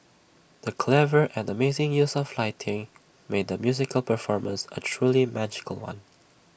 the clever and amazing use of lighting made the musical performance A truly magical one